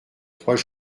trois